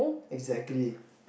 exactly